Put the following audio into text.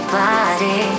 body